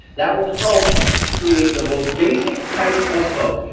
that will help to create the most basic type of hook,